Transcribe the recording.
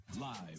Live